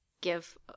give